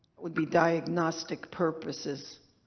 it would be diagnostic purposes.